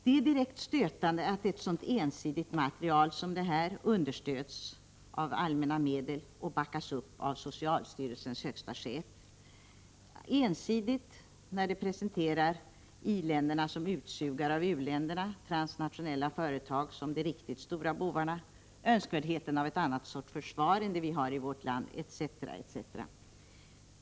Det är direkt stötande att ett sådant ensidigt material som det här understöds av allmänna medel och backas upp av socialstyrelsens högsta chef. Materialet är ensidigt när det presenterar i-länderna som utsugare av u-länderna, transnationella företag som de riktigt stora bovarna och önskvärdheten av en annan sorts försvar än det som vi har i vårt land, etc.